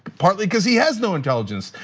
partly cuz he has no intelligence,